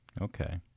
Okay